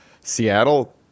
Seattle